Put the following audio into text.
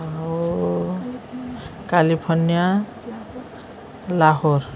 ଆଉ କାଲିଫୋର୍ନିଆ ଲାହୋର